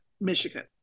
Michigan